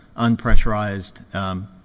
unpressurized